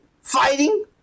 fighting